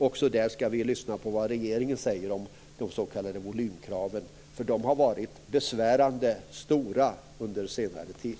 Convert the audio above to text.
Vi skall nu lyssna på vad regeringen säger om de s.k. volymkraven. De har varit besvärande stora under senare tid.